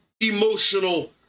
emotional